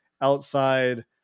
outside